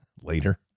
later